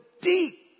deep